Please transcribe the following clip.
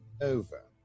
over